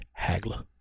Hagler